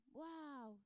wow